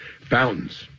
Fountains